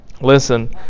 Listen